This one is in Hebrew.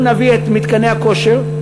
אנחנו נביא את מתקני הכושר.